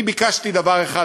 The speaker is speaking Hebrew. אני ביקשתי דבר אחד,